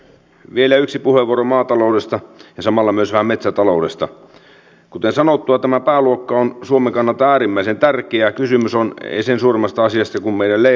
vielä yksi puheenvuoro maataloudesta samalla myös metsätaloudesta kuten sanottua tämä pääluokka on suomen kannalta äärimmäisen tärkeä kysymys on ensin surmasta asiasta miehelle